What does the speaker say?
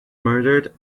murdered